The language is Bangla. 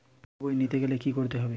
চেক বই নিতে হলে কি করতে হবে?